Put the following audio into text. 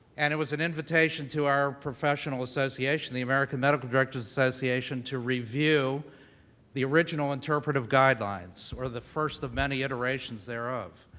and it was an invitation to our professional association, the american medical directors association, to the original interpretive guidelines or the first of many iterations thereof.